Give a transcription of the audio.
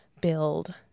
build